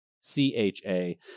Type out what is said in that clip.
C-H-A